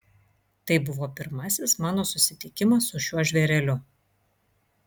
tai buvo pirmasis mano susitikimas su šiuo žvėreliu